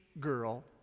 girl